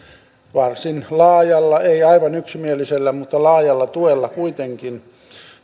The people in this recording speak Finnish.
varsin laajalla ei aivan yksimielisellä mutta laajalla tuella kuitenkin